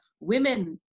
women